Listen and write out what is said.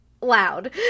loud